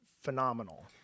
phenomenal